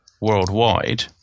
worldwide